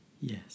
Yes